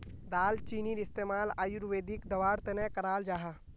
दालचीनीर इस्तेमाल आयुर्वेदिक दवार तने कराल जाहा